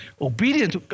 Obedience